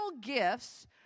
gifts